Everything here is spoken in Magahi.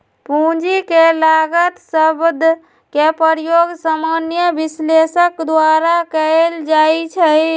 पूंजी के लागत शब्द के प्रयोग सामान्य विश्लेषक द्वारा कएल जाइ छइ